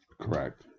Correct